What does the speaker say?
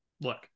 look